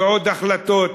ועוד החלטות,